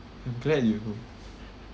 I'm glad you know